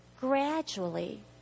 Gradually